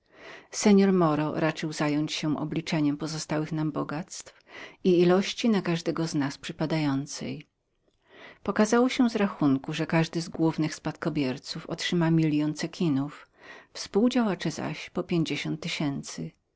seor moro raczył zająć się wyrachowaniem powstałychpozostałych nam bogactw i ilości na każdego z nas przypadającej pokazało się z rachunku że każdy z głównych spadkobierców otrzyma milion cekinów współdziałacze zaś po pięćdziesiąt tysięcy